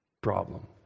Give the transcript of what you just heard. problem